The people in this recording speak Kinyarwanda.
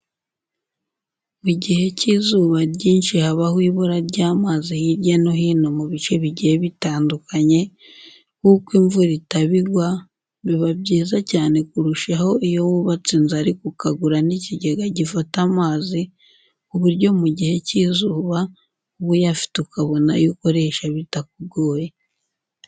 Mu gihe cy'izuba ryinshi habaho ibura ry'amazi hirya no hino mu bice bigiye biyandukanye, kuko imvura itaba igwa, biba byiza cyane kurushaho iyo wubatse inzu ariko ukagura n'ikigega gifata amazi ku buryo mu gihe cy'izuba, uba uyafite ukabona ayo ukoresha bitakugoye.